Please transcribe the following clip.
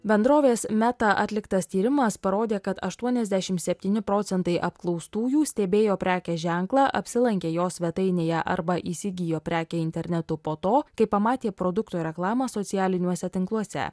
bendrovės meta atliktas tyrimas parodė kad aštuoniasdešimt septyni procentai apklaustųjų stebėjo prekės ženklą apsilankė jo svetainėje arba įsigijo prekę internetu po to kai pamatė produkto reklamą socialiniuose tinkluose